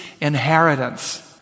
inheritance